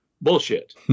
bullshit